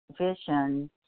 vision